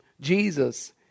Jesus